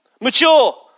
mature